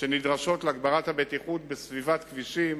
שנדרשות להגברת הבטיחות בסביבת כבישים